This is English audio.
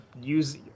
use